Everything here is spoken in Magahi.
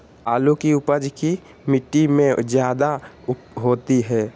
आलु की उपज की मिट्टी में जायदा होती है?